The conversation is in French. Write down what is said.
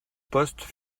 postes